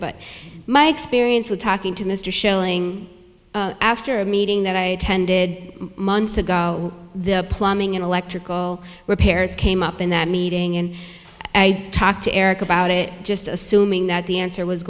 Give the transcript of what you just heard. but my experience with talking to mr shelling after a meeting that i tended months ago the plumbing and electrical repairs came up in that meeting and i talked to eric about it just assuming that the answer was